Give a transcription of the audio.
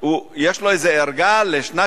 יש לו איזו ערגה לשנת